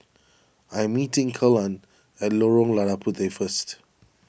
I am meeting Kelan at Lorong Lada Puteh first